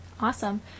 Awesome